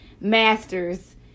master's